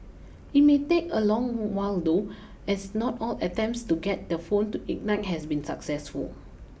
it may take a long while though as not all attempts to get the phone to ignite has been successful